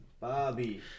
Bobby